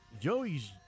Joey's